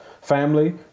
family